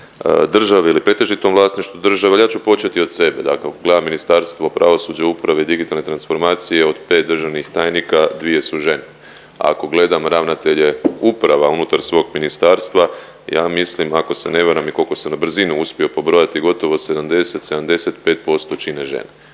države ili pretežitom vlasništvu države. Ali ja ću početi od sebe. Dakle ako gledam Ministarstvo pravosuđe, uprave i digitalne transformacije od 5 državnih tajnika, dvije su žene. Ako gledam ravnatelje uprava unutar svog ministarstva, ja mislim ako se ne varam i koliko sam na brzinu uspio pobrojati gotovo 70, 75% čine žene.